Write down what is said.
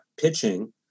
pitching